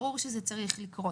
ברור שזה צריך לקרות.